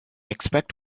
expect